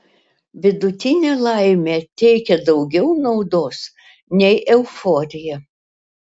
vidutinė laimė teikia daugiau naudos nei euforija